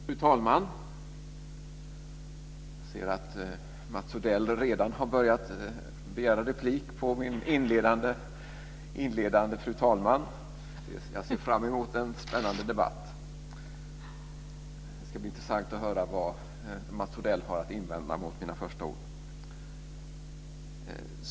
Fru talman! Jag ser att Mats Odell redan har begärt replik på min inledande "Fru talman!". Jag ser fram emot en spännande debatt! Det ska bli intressant att höra vad Mats Odell har att invända mot mina första ord.